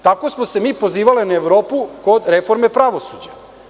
Tako smo se mi pozivali na Evropu kod reforme pravosuđa.